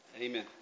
Amen